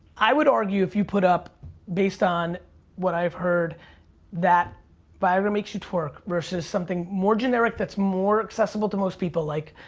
i would argue if you put up based on what i've heard that viagra makes you twerk versus something more generic that's more accessible to most people like,